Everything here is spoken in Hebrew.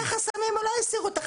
הסירו את החסמים או לא הסירו את החסמים?